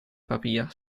papier